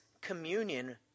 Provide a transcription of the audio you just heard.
communion